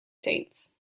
saints